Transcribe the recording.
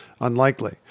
unlikely